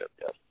yes